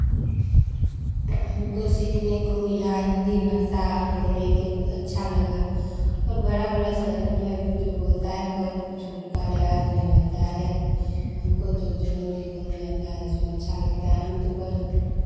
हमको सीखने को मिला हिन्दी भाषा और बोलने को अच्छा लगा और बड़ा बड़ा शहर में जो बोलता है बड़ छोट का लिहाज़ नहीं रहता है हमको तो जो हिन्दी बोलने आता है सो अच्छा लगता है हम तो बड़